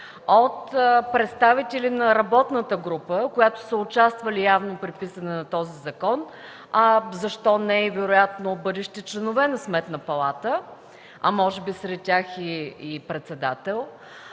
от представители на работната група, които са участвали явно при написването на този закон, а защо не вероятно и бъдещи членове на Сметната палата, а може би сред тях и председател